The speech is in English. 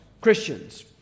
Christians